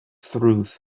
through